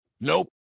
Nope